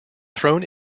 thrown